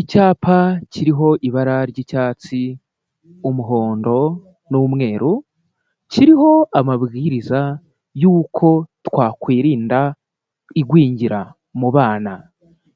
Icyapa kiriho ibara ry'icyatsi, umuhondo n'umweru, kiriho amabwiriza y'uko twakwirinda igwingira mu bana,